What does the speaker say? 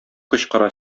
кычкыра